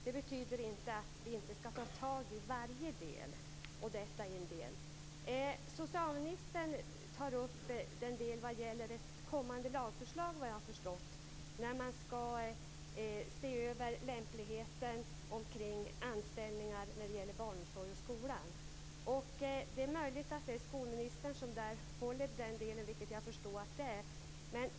Det betyder inte att vi inte skall ta itu med varje del. Socialministern tar upp ett kommande lagförslag, såvitt jag förstod. Man skall se över lämpligheten vid anställningar inom barnomsorg och skola. Jag förstår att det är skolministern som håller i denna del.